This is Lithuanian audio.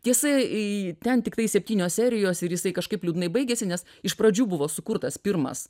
tiesa y ten tikrai septynios serijos ir jisai kažkaip liūdnai baigiasi nes iš pradžių buvo sukurtas pirmas